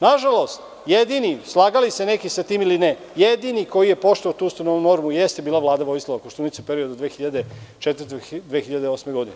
Na žalost, slagali se neki sa tim ili ne, jedini koji je poštovao tu ustavnu normu jeste bila Vlada Vojislava Koštunice u periodu od 2004. do 2008. godine.